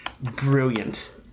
brilliant